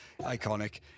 iconic